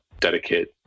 dedicate